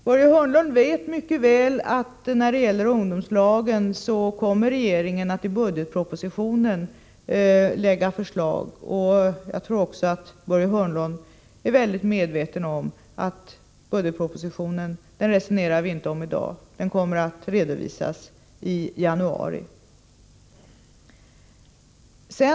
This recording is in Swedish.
Vad så gäller ungdomslagen vet Börje Hörnlund mycket väl att regeringen kommer att framlägga förslag i budgetpropositionen. Jag tror också att Börje Hörnlund är väl medveten om att vi inte skall resonera om budgetpropositionen i dag. Den kommer att redovisas i januari nästa år.